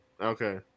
Okay